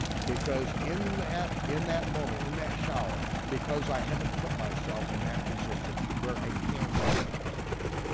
because in that in that moment, in that shower, because i haven't put myself in that position where i can see miracles happen.